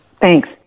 Thanks